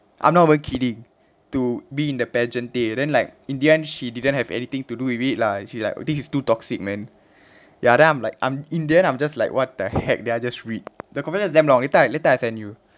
I'm not even kidding to be in the pageantry then like in the end she didn't have anything to do with it lah she like think it's too toxic man ya then I'm like in the end I'm just like what the heck that I just read the confession is damn long later later I send you